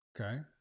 Okay